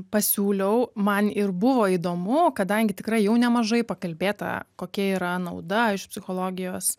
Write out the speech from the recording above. pasiūliau man ir buvo įdomu kadangi tikrai jau nemažai pakalbėta kokia yra nauda iš psichologijos